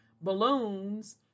Balloons